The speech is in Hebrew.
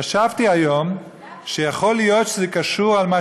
חשבתי היום שיכול להיות שזה קשור למה